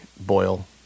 boil